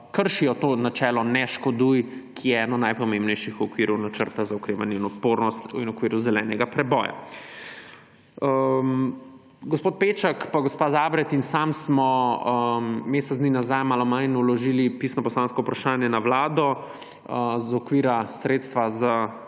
kršijo to načelo »ne škoduj«, ki je eno najpomembnejših okvirov Načrta za okrevanje in odpornost in okvirov zelenega preboja. Gospod Peček pa gospa Zabret in sam smo mesec dni nazaj, malo manj, vložili pisno poslansko vprašanje na Vlado z okvira sredstva za